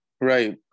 Right